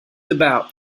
about